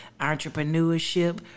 entrepreneurship